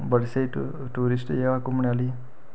बड़ी स्हेई टू टूरिस्ट जगह् घूमने आह्ली